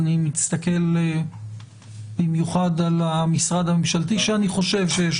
אני מסתכל במיוחד על המשרד הממשלתי שאני חושב שיש